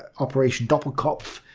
operation doppelkopf,